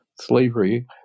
slavery